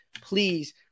please